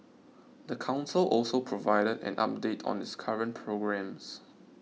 the council also provided an update on its current programmes